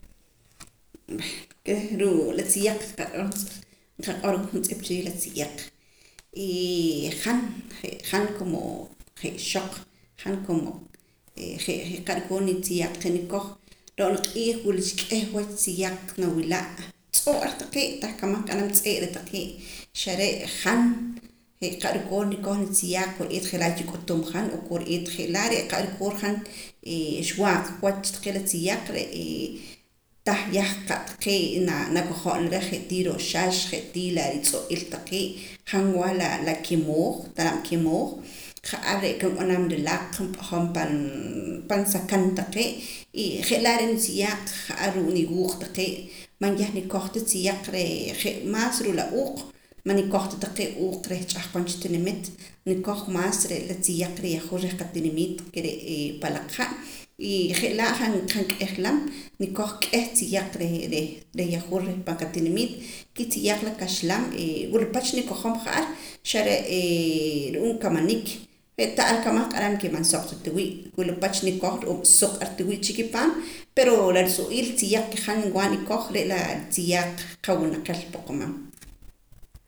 Reh ruu' la tziyaq nqaq'orwa juntz'ip chi riij la tziyaq han je' han como je ixoq han como han je' qa' rikoor nitziyaaq taqee' nikoj ro'na q'iij wula cha k'ih wach tziyaq nawila' tz'oo' ar taqee' tah kamaj nq'aram tz'ee'ra taqee' xare' han je' qa' rukoor nikoj nitziyaaq kore'eet je' laa' kik'utum han o kore'eet je' laa' qa' rukoor han xwaa qa wach taqee' la tziyaq tah yah qa' taqee' nakojom ala reh je' tii rooxax je' tii la rutz'o'il taqee' han nwaa la kemooj talab' kemooj ja'ar re' aka nb'anam relaq np'ojom pan sakan taqee' y je' laa' re' nitziyaaq ja'ar ruu' niwuuq taqee' man yah nikoj ta tziyaq ree' je' maas ruu' la uuq man nikoj ta taqee' uuq reh ch'ahqon cha tinimit nikoj maas re' la tziyaq reh yahwur reh qatinimiit ke re' pa'laq ha' y je' laa' han k'eejlam nikoj k'ieh tziyaq reh reh yahwur reh pan qatinimiit kitziyaaq la kaxlam wula pach nikojom ja'ar xare' ru'uum kamanik pero tah ar kamaj nq'aram man suq ta tiwii' wula pach nikoj ru'uum suq ar tiwii' chi ki paam pero la rutz'i'iil tziyaq ke han niwaa nikoj re' la ritziyaaq qawinaqel poqomam